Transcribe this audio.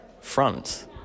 front